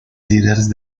líderes